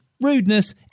rudeness